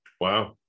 Wow